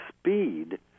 speed